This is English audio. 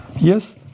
Yes